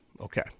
Okay